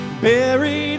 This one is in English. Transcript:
buried